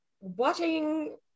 watching